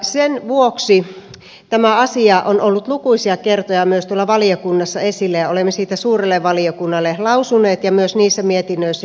sen vuoksi tämä asia on ollut lukuisia kertoja myös tuolla valiokunnassa esillä ja olemme siitä suurelle valiokunnalle lausuneet ja myös niissä mietinnöissä joissa tätä asiaa on sivuttu